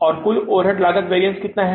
और कुल ओवरहेड लागत वैरिअन्स कितना है